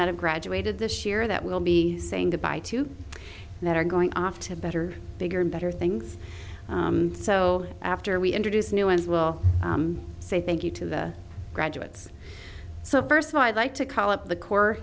that have graduated this year that will be saying goodbye to that are going off to better bigger and better things so after we introduce new ones we'll say thank you to the graduates so first of all i'd like to call up the cor